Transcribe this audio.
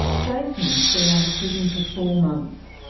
jason's been out of prison for four months.